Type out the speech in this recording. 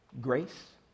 Grace